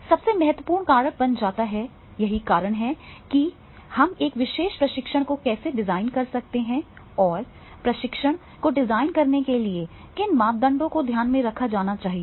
सबसे महत्वपूर्ण कारक बन जाता है यही कारण है कि हम एक विशेष प्रशिक्षण को कैसे डिजाइन कर सकते हैं और प्रशिक्षण को डिजाइन करने के लिए किन मापदंडों को ध्यान में रखा जाना चाहिए